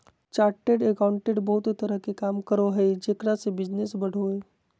chartered accountant बहुत तरह के काम करो हइ जेकरा से बिजनस बढ़ो हइ